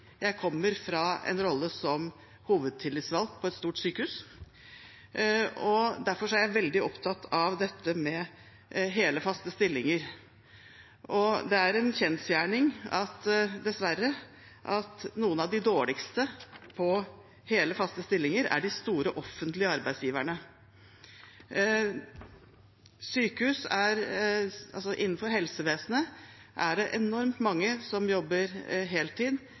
Jeg kommer fra en rolle som hovedtillitsvalgt på et stort sykehus, og derfor er jeg veldig opptatt av dette med hele, faste stillinger. Det er dessverre en kjensgjerning at noen av de dårligste på hele, faste stillinger er de store offentlige arbeidsgiverne. Innenfor helsevesenet er det enormt mange som jobber